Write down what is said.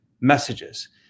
messages